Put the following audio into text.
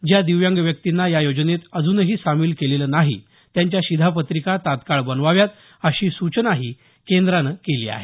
ज्या दिव्यांग व्यक्तींना या योजनेत अजूनही सामील केलेलं नाही त्यांच्या शिधापत्रिका तात्काळ बनवाव्यात अशी सूचनाही केंद्रानं केली आहे